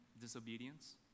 disobedience